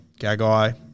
Gagai